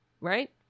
Right